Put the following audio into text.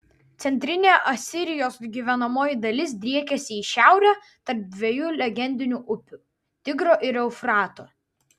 centrinė asirijos gyvenamoji dalis driekėsi į šiaurę tarp dviejų legendinių upių tigro ir eufrato